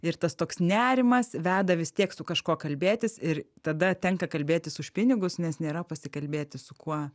ir tas toks nerimas veda vis tiek su kažkuo kalbėtis ir tada tenka kalbėtis už pinigus nes nėra pasikalbėti su kuo